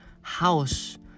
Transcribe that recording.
house